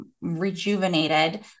rejuvenated